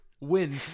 win